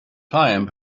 time